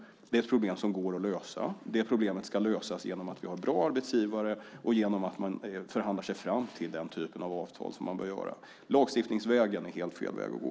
Det är ett problem som går att lösa. Det problemet ska lösas genom att vi har bra arbetsgivare och genom att man förhandlar sig fram till den typen av avtal som man bör göra. Lagstiftningsvägen är helt fel väg att gå.